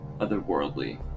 otherworldly